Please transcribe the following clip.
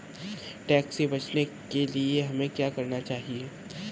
Tax से बचने के लिए हमें क्या करना चाहिए?